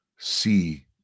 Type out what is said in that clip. See